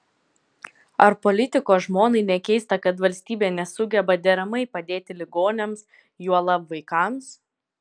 ar politiko žmonai nekeista kad valstybė nesugeba deramai padėti ligoniams juolab vaikams